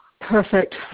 Perfect